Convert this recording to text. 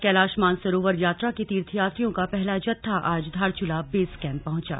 कैलाश मानसरोवर यात्रा के तीर्थयात्रियों का पहला जत्था आज धारचूला बेस कैम्प पहुंचा